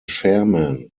chairman